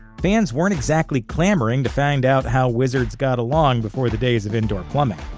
fans weren't exactly clamouring to find out how wizards got along before the days of indoor plumbing.